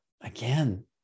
again